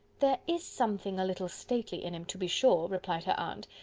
there is something a little stately in him, to be sure, replied her aunt,